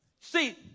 see